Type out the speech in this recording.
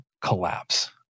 collapse